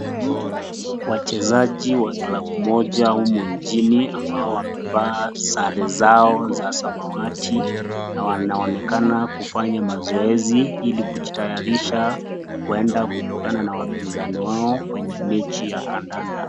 Wachezaji wa klabu moja humu nchini ambao wamevaa sare zao za samawati na wanaonekana kufanya mazoezi ili kujitayarisha kuenda kukutana na wapinzani wao kwenye mechi ya kandanda.